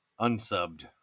unsubbed